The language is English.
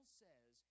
says